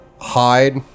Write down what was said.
Hide